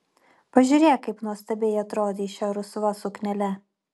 pažiūrėk kaip nuostabiai atrodei šia rusva suknele